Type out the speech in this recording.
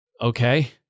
okay